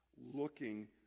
looking